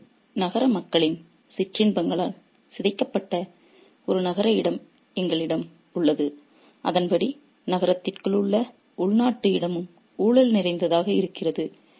ஆகவே நகர மக்களின் சிற்றின்ப இன்பங்களால் சிதைக்கப்பட்ட ஒரு நகர இடம் எங்களிடம் உள்ளது அதன்படி நகரத்திற்குள் உள்ள உள்நாட்டு இடமும் ஊழல் நிறைந்ததாக இருக்கிறது